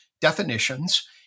definitions